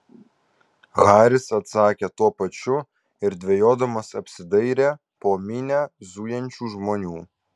haris atsakė tuo pačiu ir dvejodamas apsidairė po minią zujančių žmonių